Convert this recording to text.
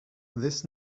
this